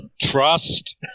Trust